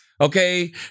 Okay